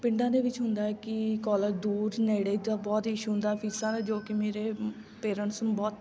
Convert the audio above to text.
ਪਿੰਡਾਂ ਦੇ ਵਿੱਚ ਹੁੰਦਾ ਹੈ ਕਿ ਕੋਲੇਜ ਦੂਰ ਨੇੜੇ ਜਾਂ ਬਹੁਤ ਇਸ਼ੂ ਹੁੰਦਾ ਫੀਸਾਂ ਦਾ ਜੋ ਕਿ ਮੇਰੇ ਪੇਰੈਂਟਸ ਨੂੰ ਬਹੁਤ